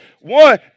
One